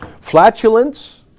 Flatulence